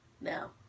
now